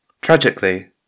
Tragically